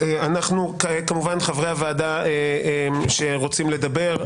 חברי הוועדה שרוצים לדבר,